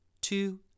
Two